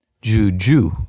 Juju